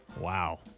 Wow